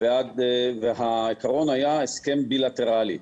והעיקרון היה הסכם בילטרלי.